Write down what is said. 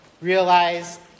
realize